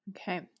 Okay